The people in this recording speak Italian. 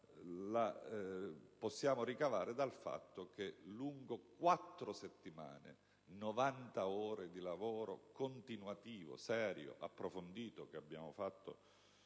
la possiamo ricavare dal fatto che lungo quattro settimane, 90 ore di lavoro serio ed approfondito che abbiamo fatto